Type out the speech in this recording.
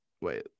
wait